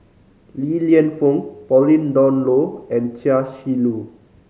Li Lienfung Pauline Dawn Loh and Chia Shi Lu